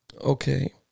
Okay